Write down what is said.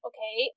Okay